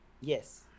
Yes